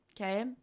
okay